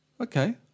Okay